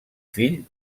fill